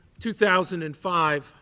2005